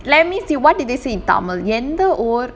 let me see what did they say in tamil எந்த ஓர்:endha or